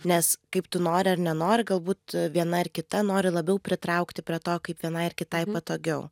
nes kaip tu nori ar nenori galbūt viena ar kita nori labiau pritraukti prie to kaip vienai ar kitai patogiau